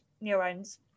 neurons